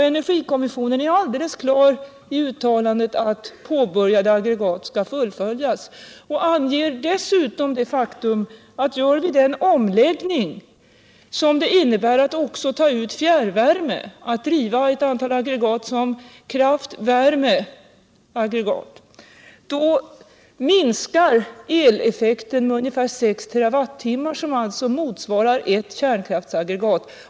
Energikommissionen har också klart uttalat att utbyggnaden av de påbörjade aggregaten bör fullföljas och understryker dessutom det faktum att företar vi den omläggning som det innebär att också driva ett antal aggregat som kraftvärmeaggregat, minskar eleffekten med ungefär 6 TWh, vilket alltså motsvarar ett kärnkraftsaggregat.